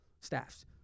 staffs